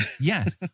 yes